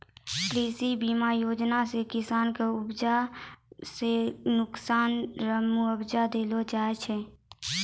कृषि बीमा योजना से किसान के उपजा रो नुकसान रो मुआबजा देलो जाय छै